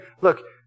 look